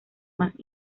más